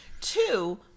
Two